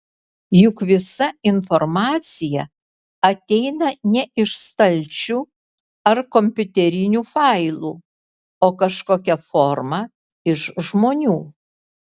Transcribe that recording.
juk visa informacija ateina ne iš stalčių ar kompiuterinių failų o kažkokia forma iš žmonių